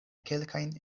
kelkajn